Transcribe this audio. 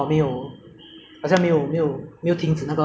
差不多两两万到四万的 case 你有知道吗